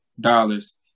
dollars